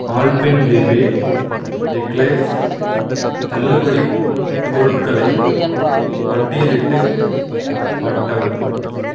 Alpenliebe eclairs தள்ளுபடிப் பொருட்களை பட்டியலிட்டுக் காட்டவும்